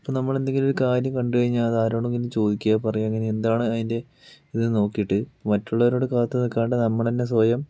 ഇപ്പോൾ നമ്മളെന്തെങ്കിലും ഒരു കാര്യം കണ്ടുകഴിഞ്ഞാൽ അത് ആരോടെങ്കിലും ചോദിക്കുകയോ പറയുകയോ അങ്ങനെ എന്താണ് അതിൻ്റെ ഇത് നോക്കിയിട്ട് മറ്റുള്ളവരോട് കാത്തുനിൽക്കാണ്ട് നമ്മൾ തന്നെ സ്വയം